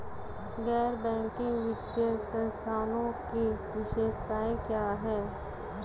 गैर बैंकिंग वित्तीय संस्थानों की विशेषताएं क्या हैं?